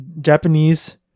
Japanese